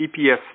EPS